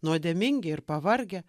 nuodėmingi ir pavargę